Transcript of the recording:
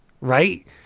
right